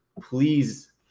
please